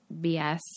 BS